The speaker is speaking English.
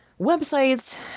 websites